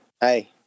Hey